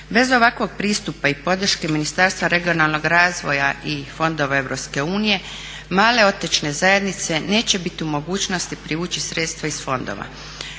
Bez ovakvog pristupa i podrške Ministarstva regionalnog razvoja i fondova EU male otočne zajednice neće biti u mogućnosti privući sredstva iz fondova.